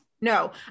no